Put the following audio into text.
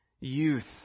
youth